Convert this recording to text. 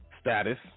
status